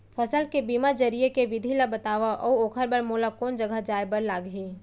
फसल के बीमा जरिए के विधि ला बतावव अऊ ओखर बर मोला कोन जगह जाए बर लागही?